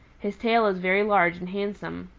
his tail is very large and handsome.